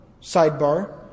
sidebar